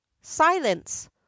silence